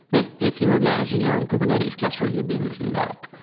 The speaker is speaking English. but if you are managing your own kubernetes cluster, you'd be able to do that.